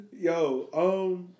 Yo